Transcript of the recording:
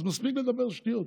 אז מספיק לדבר שטויות.